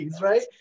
right